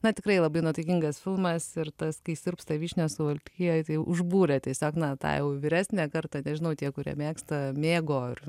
na tikrai labai nuotaikingas filmas ir tas kai sirpsta vyšnios suvalkijoje tai užbūrė tiesiog na tą jau vyresnę kartą nežinau tie kurie mėgsta mėgo ir